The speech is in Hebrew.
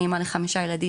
אני אמא ל-5 ילדים,